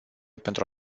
pentru